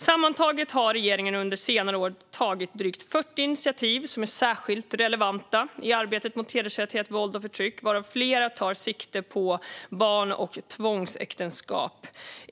Sammantaget har regeringen under senare år tagit drygt 40 initiativ som är särskilt relevanta i arbetet mot hedersrelaterat våld och förtryck, varav flera tar sikte på barn och tvångsäktenskap.